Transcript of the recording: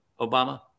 Obama